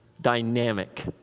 dynamic